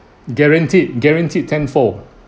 guaranteed guaranteed tenfold